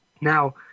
Now